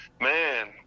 Man